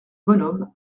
bonhomme